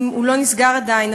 אם הוא לא נסגר עדיין,